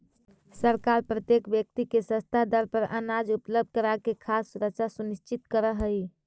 सरकार प्रत्येक व्यक्ति के सस्ता दर पर अनाज उपलब्ध कराके खाद्य सुरक्षा सुनिश्चित करऽ हइ